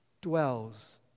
dwells